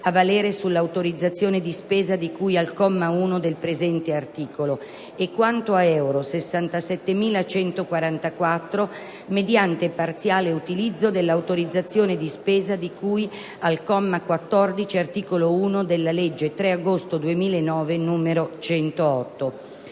a valere sull'autorizzazione di spesa di cui al comma 1 del presente articolo e quanto a euro 67.144 mediante parziale utilizzo dell'autorizzazione di spesa di cui al comma 14, articolo 1, della legge 3 agosto 2009, n. 108."